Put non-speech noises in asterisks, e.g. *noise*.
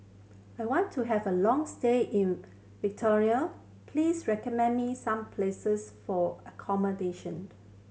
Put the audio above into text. I want to have a long stay in *unintelligible* please recommend me some places for accommodation